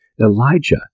Elijah